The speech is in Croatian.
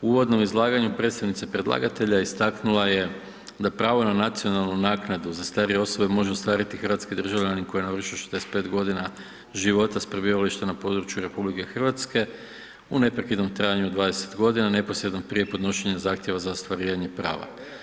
U uvodnom izlaganju predstavnica predlagatelja istaknula je da pravo na nacionalnu naknadu za starije osobe može ostvariti hrvatski državljani koji navrše 65 g. života s prebivalištem na području RH u neprekidnom trajanju od 20 g. neposredno prije podnošenja zahtjeva za ostvarivanje prava.